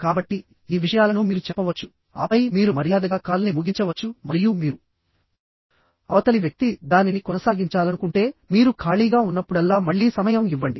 కాబట్టిఈ విషయాలను మీరు చెప్పవచ్చు ఆపై మీరు మర్యాదగా కాల్ని ముగించవచ్చు మరియు మీరు అవతలి వ్యక్తి దానిని కొనసాగించాలనుకుంటే మీరు ఖాళీగా ఉన్నప్పుడల్లా మళ్ళీ సమయం ఇవ్వండి